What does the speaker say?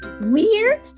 Weird